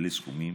אלו סכומים